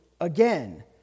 again